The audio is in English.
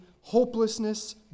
hopelessness